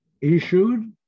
issued